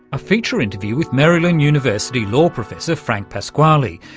a feature interview with maryland university law professor frank pasquale,